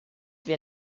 wir